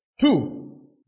Two